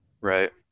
Right